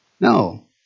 No